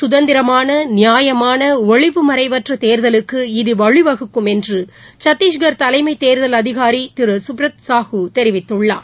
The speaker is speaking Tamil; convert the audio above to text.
சுதந்திரமானநியாயமானஒளிவுமறைவற்றதேர்தலுக்கு இது வழிவகுக்கம் என்றுசத்தீஸ்கா் தலைமைதேர்தல் அதிகாரிதிருசுப்ரத் சாஹு தெரிவித்துள்ளார்